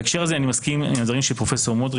בהקשר הזה אני מסכים עם הדברים של פרופ' מודריק